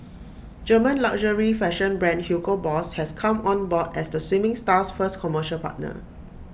German luxury fashion brand Hugo boss has come on board as the swimming star's first commercial partner